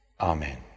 Amen